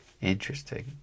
Interesting